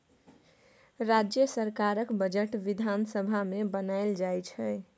राज्य सरकारक बजट बिधान सभा मे बनाएल जाइ छै